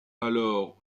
alors